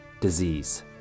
disease